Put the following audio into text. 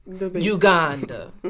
uganda